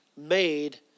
Made